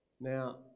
Now